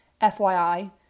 FYI